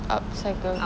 upcycle